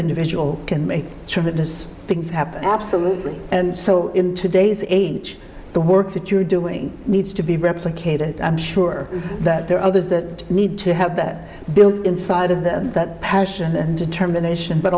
individual can make tremendous things happen absolutely and so in today's age the work that you're doing needs to be replicated i'm sure that there are others that need to have built inside of the passion and determination but